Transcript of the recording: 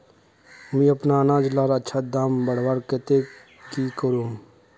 मुई अपना अनाज लार अच्छा दाम बढ़वार केते की करूम?